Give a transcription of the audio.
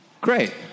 Great